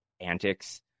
antics